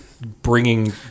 bringing